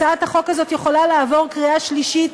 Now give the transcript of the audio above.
הצעת החוק הזאת יכולה לעבור קריאה שלישית,